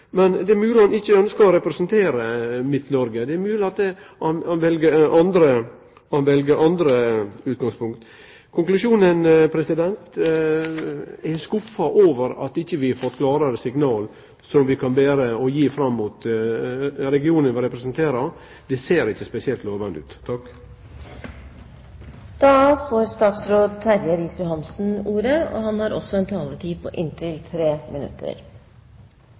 Men det er mogleg han ikkje ønskjer å representere Midt-Noreg. Det er mogleg han vel andre utgangspunkt. Konklusjonen er at eg er skuffa over at vi ikkje har fått klårare signal som vi kan bere fram og gje til regionen vi representerer. Det ser ikkje spesielt lovande ut.